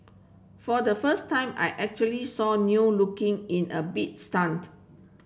for the first time I actually saw looking in a bit stunned